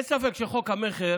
אין ספק שחוק המכר